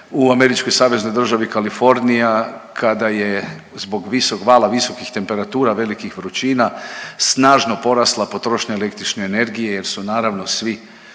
u Američkoj saveznoj državi Kalifornija kada je zbog vala visokih temperatura i velikih vrućina snažno porasla potrošnja električne energije jer su naravno svi